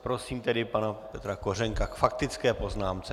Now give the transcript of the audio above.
Prosím pana Petra Kořenka k faktické poznámce.